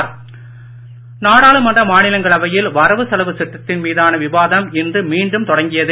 வெளிநடப்பு நாடாளுமன்ற மாநிலங்களவையில் வரவு செலவு திட்டத்தின் மீதான விவாதம் இன்று மீண்டும் தொடங்கியது